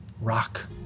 Rock